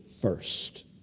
first